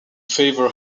favor